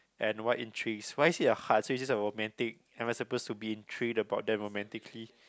and what intrigues why is it a heart is it romantic am I supposed to be intrigued about them romantically